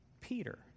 Peter